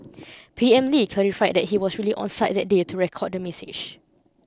P M Lee clarified that he was really on site that day to record the message